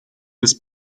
des